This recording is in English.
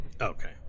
Okay